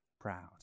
proud